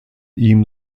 ihm